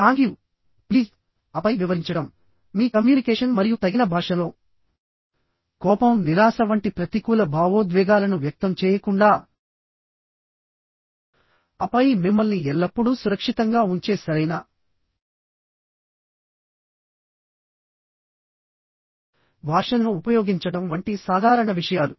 thank you please ఆపై వివరించడం మీ కమ్యూనికేషన్ మరియు తగిన భాషలో కోపం నిరాశ వంటి ప్రతికూల భావోద్వేగాలను వ్యక్తం చేయకుండా ఆపై మిమ్మల్ని ఎల్లప్పుడూ సురక్షితంగా ఉంచే సరైన భాషను ఉపయోగించడం వంటి సాధారణ విషయాలు